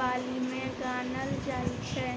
बालीमे गानल जाइ छै